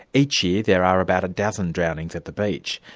each year there are about a dozen drownings at the beach,